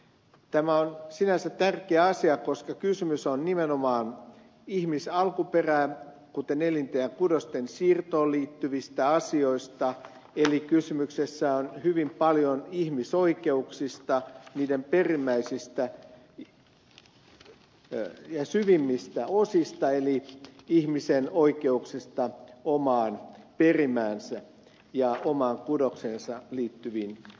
tämä on sinänsä tärkeä asia koska kysymys on nimenomaan ihmisalkuperään kuten elinten ja kudosten siirtoon liittyvistä asioista eli kysymys on hyvin paljon ihmisoikeuksista niiden perimmäisistä ja syvimmistä osista eli ihmisen oikeuksista omaan perimäänsä ja omaan kudokseensa niihin liittyvistä säädöksistä